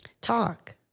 talk